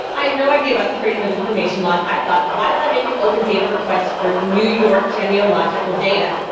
i had no idea about the freedom of information laws, i thought why don't i make an open data request for new york genealogical data.